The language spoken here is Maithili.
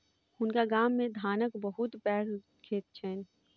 हुनका गाम मे धानक बहुत पैघ खेत छैन